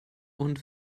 und